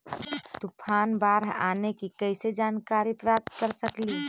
तूफान, बाढ़ आने की कैसे जानकारी प्राप्त कर सकेली?